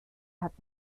hat